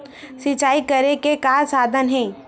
सिंचाई करे के का साधन हे?